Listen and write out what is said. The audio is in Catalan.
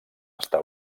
està